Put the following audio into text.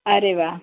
અરે વાહ